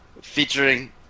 featuring